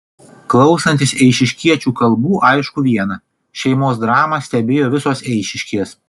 klausantis eišiškiečių kalbų aišku viena šeimos dramą stebėjo visos eišiškės